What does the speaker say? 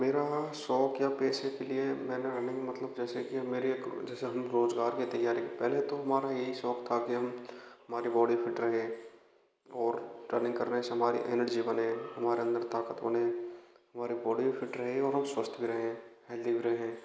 मेरा शौक या पैसे के लिए मेन अर्निंग मतलब जैसे कि मेरी एक जैसे हम रोजगार कि तैयारी पहले तो हमारा यही शौक था कि हम हमारी बौडी फिट रहे और रनिंग करने से हमारी एनर्जी बने हमारे अंदर ताकत बने हमारी बौडी फिट रहे और हम स्वस्थ भी रहें हेल्दी भी रहें